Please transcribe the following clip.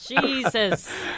Jesus